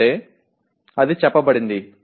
అంటే అది చెప్పబడింది